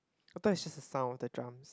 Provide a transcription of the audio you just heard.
I thought it's just the sound of the drums